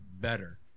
better